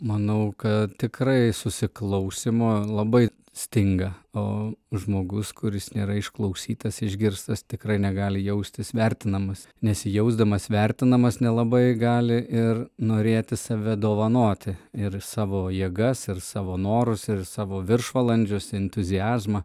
manau kad tikrai susiklausymo labai stinga o žmogus kuris nėra išklausytas išgirstas tikrai negali jaustis vertinamas nesijausdamas vertinamas nelabai gali ir norėti save dovanoti ir savo jėgas ir savo norus ir savo viršvalandžius entuziazmą